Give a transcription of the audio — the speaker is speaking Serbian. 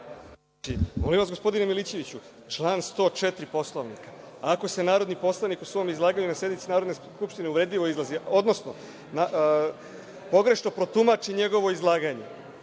Molim vas, gospodine Milićeviću, član 104. Poslovnika – ako se narodni poslanik u svom izlaganju na sednici Narodne skupštine uvredljivo izrazi, odnosno pogrešno protumači njegovo izlaganje,